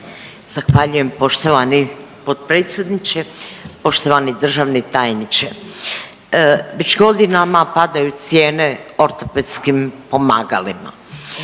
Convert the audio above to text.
Zahvaljujem poštovani potpredsjedniče. Poštovani državni tajniče već godinama padaju cijene ortopedskim pomagalima.